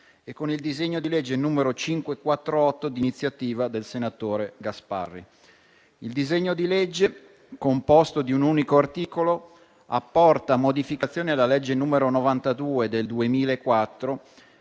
e con il disegno di legge n. 548 di iniziativa del senatore Gasparri. Il disegno di legge, composto di un unico articolo, apporta modificazioni alla legge n. 92 del 2004